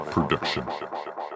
Production